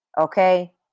Okay